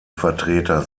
vertreter